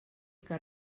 que